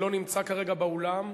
שלא נמצא כרגע באולם,